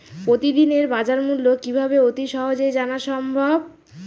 প্রতিদিনের বাজারমূল্য কিভাবে অতি সহজেই জানা সম্ভব?